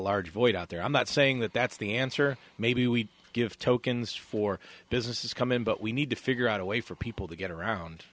large void out there i'm not saying that that's the answer maybe we give tokens for businesses come in but we need to figure out a way for people to get around